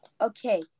Okay